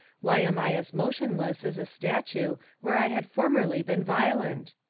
why am i as motionless as a statue where i had formerly been violent?